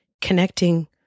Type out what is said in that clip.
connecting